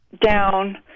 down